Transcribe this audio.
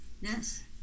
Yes